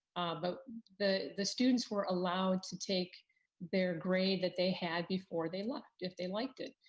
but the the students were allowed to take their grade that they had before they left if they liked it.